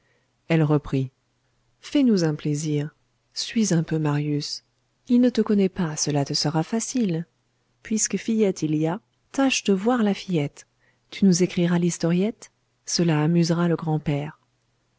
elle reprit fais-nous un plaisir suis un peu marius il ne te connaît pas cela te sera facile puisque fillette il y a tâche de voir la fillette tu nous écriras l'historiette cela amusera le grand-père